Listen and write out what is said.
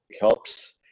helps